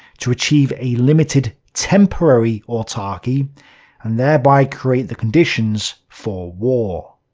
to achieve a limited temporary autarky and thereby create the conditions, for war.